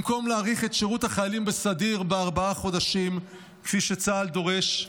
במקום להאריך את שירות החיילים בסדיר בארבעה חודשים כפי שצה"ל דורש,